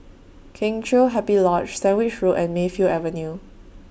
Kheng Chiu Happy Lodge Sandwich Road and Mayfield Avenue